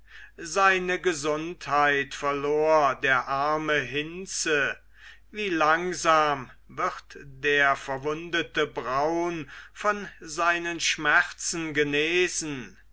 seine gesundheit verlor der arme hinze wie langsam wird der verwundete braun von seinen schmerzen genesen